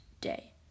day